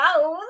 wow